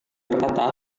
berkata